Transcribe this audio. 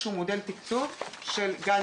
תשפ"א.